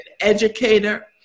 educator